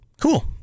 Cool